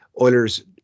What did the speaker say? Oilers